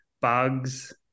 bugs